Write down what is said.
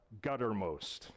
guttermost